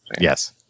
Yes